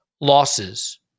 losses